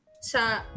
sa